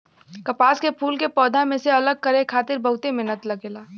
कपास के फूल के पौधा में से अलग करे खातिर बहुते मेहनत लगेला